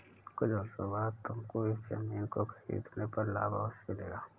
कुछ वर्षों बाद तुमको इस ज़मीन को खरीदने पर लाभ अवश्य मिलेगा